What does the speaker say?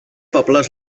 pobles